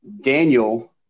Daniel